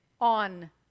on